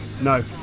No